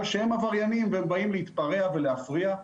שהם עבריינים והם באים להתפרע ולהפריע,